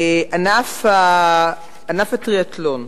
ענף הטריאתלון.